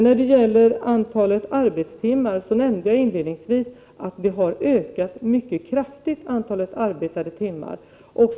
När det gäller antalet arbetstimmar nämnde jag inledningsvis att antalet arbetade timmar har ökat mycket kraftigt.